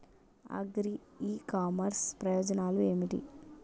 Agri e commerce ప్రయోజనాలు ఏమిటి?